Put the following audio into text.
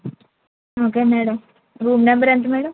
okay madam room number ఎంత madam